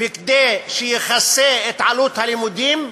וכדי שיכסה את עלות הלימודים,